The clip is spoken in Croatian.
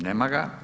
Nema ga.